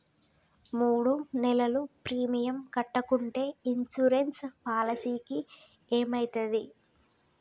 మూడు నెలలు ప్రీమియం కట్టకుంటే ఇన్సూరెన్స్ పాలసీకి ఏమైతది?